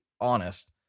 honest